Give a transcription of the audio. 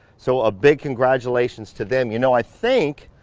so a big congratulations to them. you know i think,